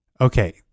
Okay